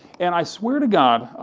and i swear to god,